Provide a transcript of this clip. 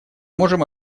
можем